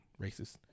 racist